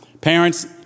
Parents